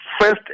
First